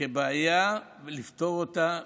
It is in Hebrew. כבעיה לפתור אותה,